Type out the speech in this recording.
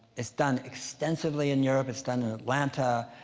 it's done extensively in europe. it's done in atlanta,